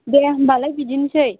दे होम्बालाय बिदिनोसै